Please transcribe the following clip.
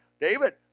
David